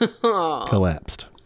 collapsed